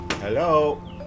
Hello